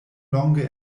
longe